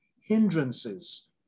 hindrances